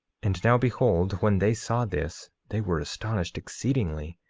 and now behold, when they saw this they were astonished exceedingly,